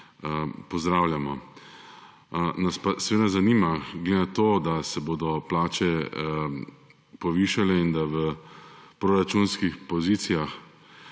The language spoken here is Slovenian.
pozdravljamo. Nas pa zanima glede na to, da se bodo plače povišale in da v proračunskih pozicijah,